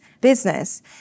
business